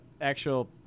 actual